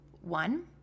One